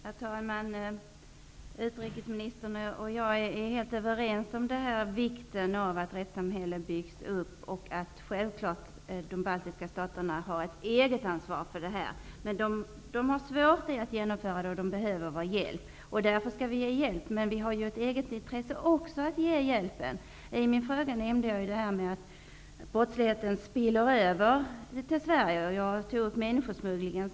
Herr talman! Utrikesministern och jag är helt överens om vikten av att det byggs upp ett rättssamhälle. Självfallet har de baltiska staterna här ett eget ansvar. Men det är svårt för de baltiska staterna att åstadkomma detta, och därför behöver de vår hjälp. Och visst skall vi ge hjälp, men vi har ju också ett eget intresse av att ge denna hjälp. I min fråga tog jag upp detta med att brottsligheten i de baltiska staterna ''spiller över'' till Sverige. Som exempel nämnde jag människosmugglingen.